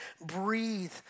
breathe